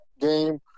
game